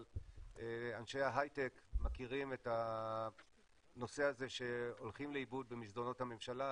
אבל אנשי ההייטק מכירים את הנושא הזה שהולכים לאיבוד במסדרונות הממשלה,